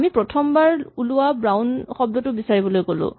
আমি প্ৰথমবাৰ ওলোৱা "ব্ৰাউন" শব্দটো বিচাৰিবলৈ ক'লো